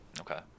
Okay